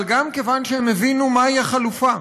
אבל גם כיוון שהם הבינו מהי החלופה.